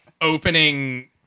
opening